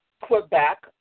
Quebec